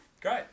Great